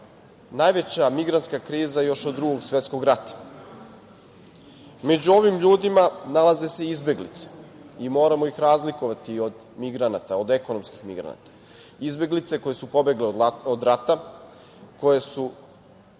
najveća migrantska kriza još od Drugog svetskog rata. Među ovim ljudima nalaze se i izbeglice i moramo ih razlikovati od migranata, od ekonomskih migranata. Izbeglice koje su pobegle od rata, koje su